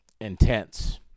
intense